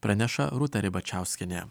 praneša rūta ribačiauskienė